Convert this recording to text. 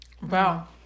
Wow